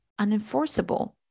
unenforceable